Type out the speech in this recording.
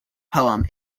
poem